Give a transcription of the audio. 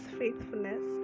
faithfulness